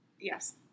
Yes